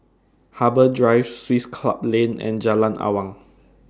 Harbour Drive Swiss Club Lane and Jalan Awang